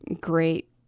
great